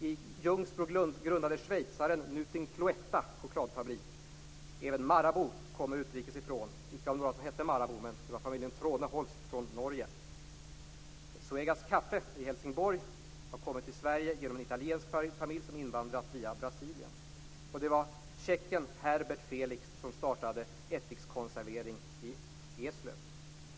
I Ljungsbro grundade schweizaren Nutin Cloetta chokladfabrik. Även Marabou kommer utrikes ifrån. Det var inte några som hette Marabou, utan familjen Trone-Holst från Norge. Zoegas kaffe i Helsingborg har kommit till Sverige genom en italiensk familj som invandrat via Brasilien. Det var tjecken Herbert Felix som startade ättikskonservering i Eslöv.